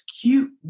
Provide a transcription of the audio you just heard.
cute